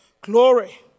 glory